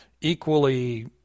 equally